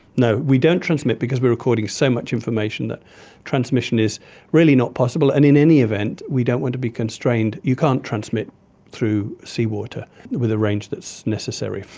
no, we don't transmit because we are recording so much information that transmission is really not possible. and in any event we don't want to be constrained. you can't transmit through seawater with a range that's necessary.